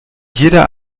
jeder